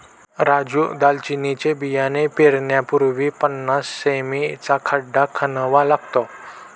राजू दालचिनीचे बियाणे पेरण्यापूर्वी पन्नास सें.मी चा खड्डा खणावा लागतो